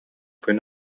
күн